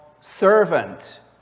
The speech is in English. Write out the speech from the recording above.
servant